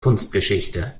kunstgeschichte